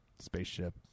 Spaceship